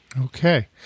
Okay